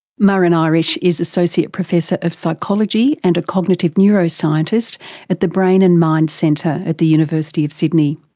muireann irish is associate professor of psychology and a cognitive neuroscientist at the brain and mind centre at the university of sydney.